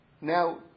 Now